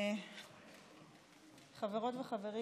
חברות וחברים,